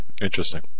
Interesting